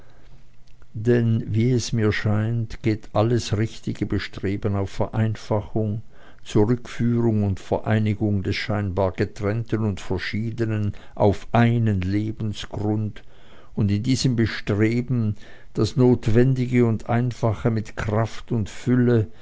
denn wie es mir scheint geht alles richtige bestreben auf vereinfachung zurückführung und vereinigung des scheinbar getrennten und verschiedenen auf einen lebensgrund und in diesem bestreben das notwendige und einfache mit kraft und fülle